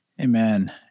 Amen